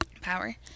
power